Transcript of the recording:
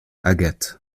agathe